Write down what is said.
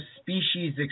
species